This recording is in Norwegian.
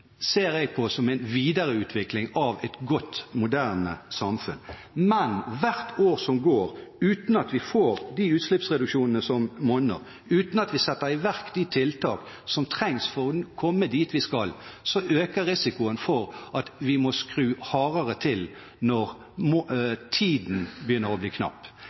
ser jeg på som en videreutvikling av et godt, moderne samfunn. Men hvert år som går uten at vi får de utslippsreduksjonene som monner, uten at vi setter i verk de tiltakene som trengs for å komme dit vi skal, øker risikoen for at vi må skru hardere til når tiden begynner å bli knapp.